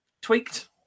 tweaked